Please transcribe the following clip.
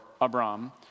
Abram